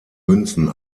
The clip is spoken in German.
münzen